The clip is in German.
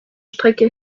strecke